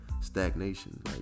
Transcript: stagnation